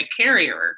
carrier